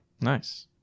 Nice